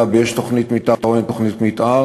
בשאלה אם יש תוכנית מתאר או אין תוכנית מתאר,